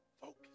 Focus